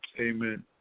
Amen